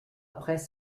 après